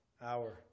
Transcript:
hour